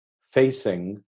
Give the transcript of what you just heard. facing